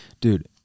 Dude